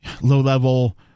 low-level